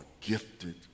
gifted